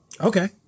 Okay